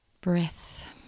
breath